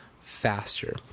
faster